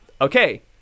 okay